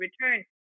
return